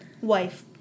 Wife